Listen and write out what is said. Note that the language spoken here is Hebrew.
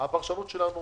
הפרשנות שלנו